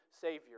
savior